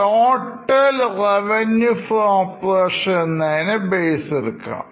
total Revenue from operations എന്നതിനെ base എടുക്കാം